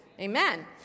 Amen